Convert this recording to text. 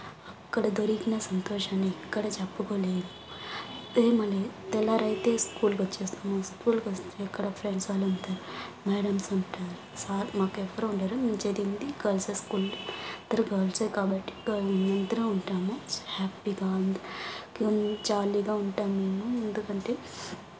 అక్కడ దొరికిన సంతోషాన్ని ఎక్కడ చెప్పుకోలే ఏమని తెల్లారైతే స్కూల్కొచ్చేస్తాము స్కూల్కొస్తే అక్కడ ఫ్రెండ్స్ వాళ్లు ఇంకా మ్యాడమ్స్ ఉంటారు సార్ మాకు ఎవ్వరు ఉండరు మేము చదివింది గర్ల్స్ హై స్కూల్ అందరు గర్ల్సే కాబట్టి అందరము ఉంటాము హ్యాపీగా అంత్ కోన్ జాలిగా ఉంటాం మేము ఎందుకంటే